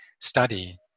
study